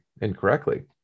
incorrectly